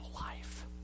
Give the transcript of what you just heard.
life